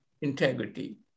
Integrity